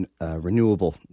renewable